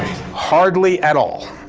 hardly at all.